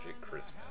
Christmas